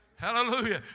Hallelujah